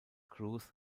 cruz